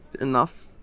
enough